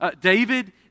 David